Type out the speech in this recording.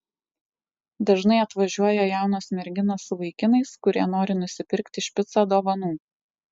dažnai atvažiuoja jaunos merginos su vaikinais kurie nori nusipirkti špicą dovanų